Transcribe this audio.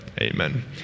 Amen